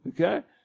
Okay